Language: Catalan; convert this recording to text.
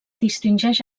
distingeix